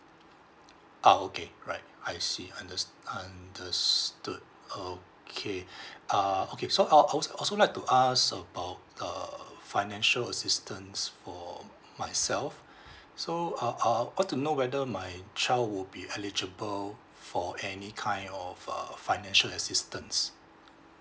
ah okay alright I see unders~ understood okay ah okay so I would I also I would also like to ask about the financial assistance for myself so uh uh I want to know whether my child would be eligible for any kind of uh financial assistance